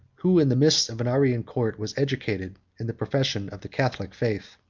who, in the midst of an arian court, was educated in the profession of the catholic faith.